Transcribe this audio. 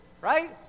Right